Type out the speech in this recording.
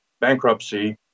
bankruptcy